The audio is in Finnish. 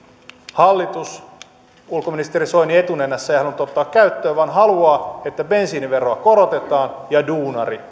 hallitus ulkoministeri soini etunenässä ei halunnut ottaa käyttöön vaan haluaa että bensiiniveroa korotetaan ja duunarit